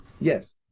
Yes